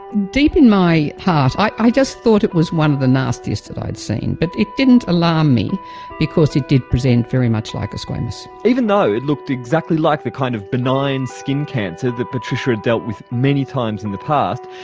deep in my heart, i just thought it was one of the nastiest that i'd seen but it didn't alarm me because it did present very much like a squamous. even though it looked exactly like the kind of benign skin cancer that patricia had dealt with many times in the past,